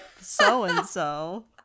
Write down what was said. so-and-so